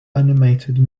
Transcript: animated